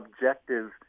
objective